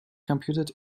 computed